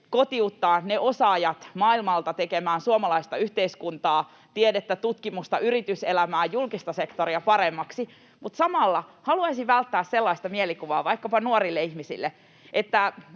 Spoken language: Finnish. kotiuttaa ne osaajat maailmalta tekemään suomalaista yhteiskuntaa, tiedettä, tutkimusta, yrityselämää, julkista sektoria paremmaksi. Mutta samalla haluaisin välttää sellaisen mielikuvan antamista vaikkapa nuorille ihmisille, että